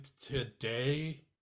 today